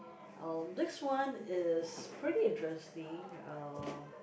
um next one is pretty interesting uh